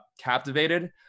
captivated